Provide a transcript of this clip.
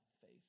faith